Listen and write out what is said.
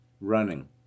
Running